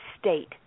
state